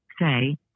Say